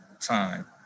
time